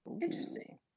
Interesting